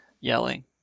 yelling